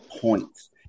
points